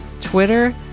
Twitter